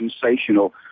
sensational